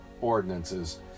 ordinances